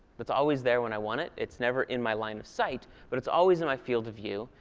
it's always there when i want it. it's never in my line of sight, but it's always in my field of view.